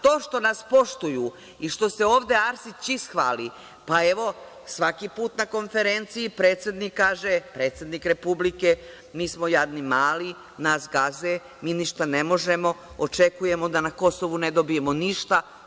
To što nas poštuju i što se ovde Arsić ishvali, pa evo, svaki put na konferenciji, predsednik republike kaže – mi smo jadni, mali, nas gaze, mi ništa ne možemo, očekujemo da na Kosovu ne dobijemo ništa.